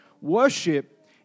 Worship